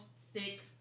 thick